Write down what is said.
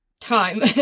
time